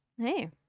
Hey